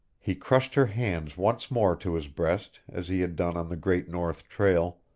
he crushed her hands once more to his breast as he had done on the great north trail,